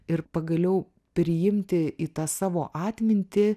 ir pagaliau priimti į tą savo atmintį